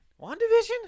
WandaVision